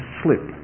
slip